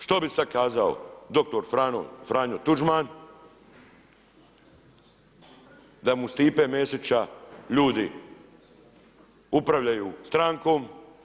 Što bi sad kazao dr. Franjo Tuđman da mu Stipe Mesića ljudi upravljaju strankom?